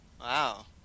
Wow